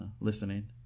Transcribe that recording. listening